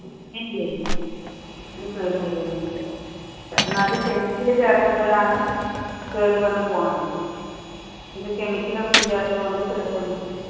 ഇല്ലിലില്ല ഇത് കേട് വരുവൊന്നും ഇല്ല കാരണം അത് കെമിക്കല് ചേർക്കുമ്പോഴാണ് കേട് വന്ന് പോണത് ഇത് കെമിക്കലൊന്നും ഇല്ലാത്തത് കൊണ്ട് കേട് വന്ന് പോവില്ല